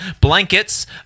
blankets